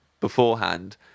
beforehand